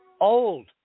old